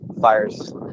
fires